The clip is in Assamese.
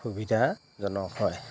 সুবিধাজনক হয়